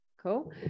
Cool